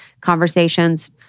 conversations